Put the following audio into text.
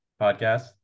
podcast